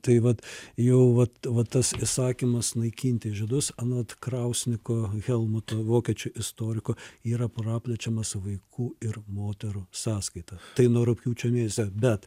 tai vat jau vat vat tas įsakymas naikinti žydus anot krausniko helmuto vokiečių istoriko yra praplečiamas vaikų ir moterų sąskaita tai nuo rugpjūčio mėnesio bet